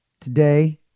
Today